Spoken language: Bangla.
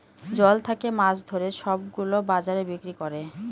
জল থাকে মাছ ধরে সব গুলো বাজারে বিক্রি করে